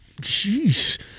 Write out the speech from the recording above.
Jeez